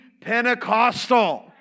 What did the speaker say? Pentecostal